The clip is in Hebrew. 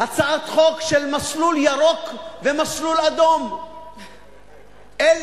הצעת חוק של מסלול ירוק ומסלול אדום בכניסה לכנסת,